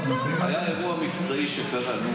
היה אירוע מבצעי שקרה.